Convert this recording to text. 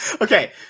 Okay